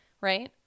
right